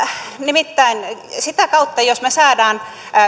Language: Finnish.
nimittäin sitä kautta jos me saamme